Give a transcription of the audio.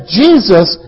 jesus